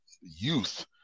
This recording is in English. youth